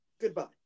Goodbye